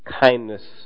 Kindness